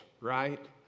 right